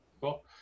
cool